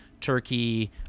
Turkey